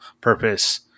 purpose